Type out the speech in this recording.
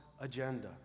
agenda